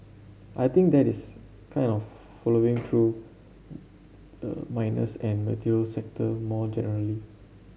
I think that is kind of flowing through miners and the materials sector more generally